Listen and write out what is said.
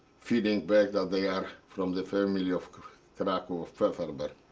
feedback that they are from the family of krakow of pfefferberg.